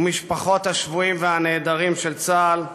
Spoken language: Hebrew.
ומשפחות השבויים והנעדרים של צה"ל,